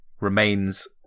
remains